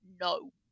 No